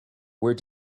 where